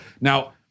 Now